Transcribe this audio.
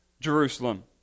Jerusalem